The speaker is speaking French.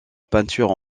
peinture